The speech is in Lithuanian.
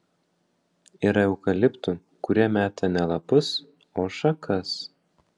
yra eukaliptų kurie meta ne lapus o šakas